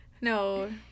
no